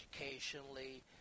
educationally